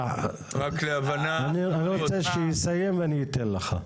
אני רוצה שהוא יסיים ואני אתן לך.